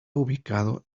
ubicado